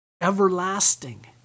everlasting